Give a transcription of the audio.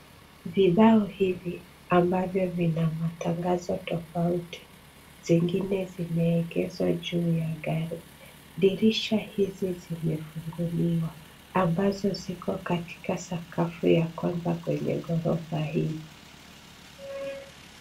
Vibao hivi ambazo zina matangazo tofauti, zingine zimeekezwa juu ya gari. Dirisha hizi zimefunguliwa ambazo ziko katika sakafu ya kwanza kwenye ghorofa hii.